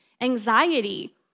anxiety